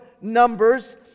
Numbers